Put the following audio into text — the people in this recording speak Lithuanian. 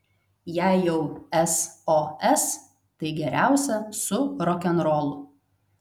jei jau sos tai geriausia su rokenrolu